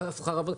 עליית שכר.